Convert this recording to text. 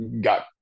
got